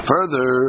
Further